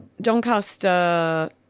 Doncaster